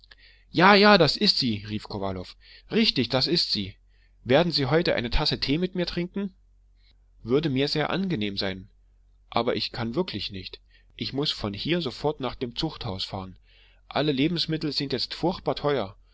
ja ja das ist sie rief kowalow richtig das ist sie werden sie heute eine tasse tee mit mir trinken würde mir sehr angenehm sein aber ich kann wirklich nicht ich muß von hier sofort nach dem zuchthaus fahren alle lebensmittel sind jetzt furchtbar teuer